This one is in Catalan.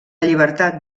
llibertat